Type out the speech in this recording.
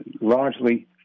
largely